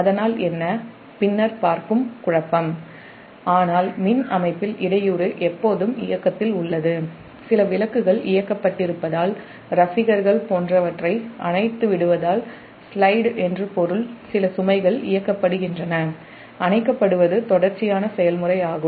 அதனால் பின்னர் பார்க்கும் குழப்பம் ஆனால் மின் அமைப்பில் இடையூறு எப்போதும் இயக்கத்தில் உள்ளதுசில விளக்குகள் இயக்கப்பட்டிருப்பதால் ஃபேன் போன்றவற்றை அணைத்து விடுவதால் ஸ்லைடு என்று பொருள் சில சுமைகள் இயக்கப்படுகின்றன அணைக்கப்படுவது தொடர்ச்சியான செயல் முறையாகும்